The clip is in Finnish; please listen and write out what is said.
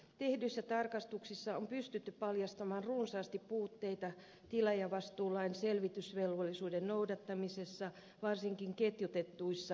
tehdyissä tarkastuksissa on pystytty paljastamaan runsaasti puutteita tilaajavastuulain selvitysvelvollisuuden noudattamisessa varsinkin ketjutetuissa aliurakoissa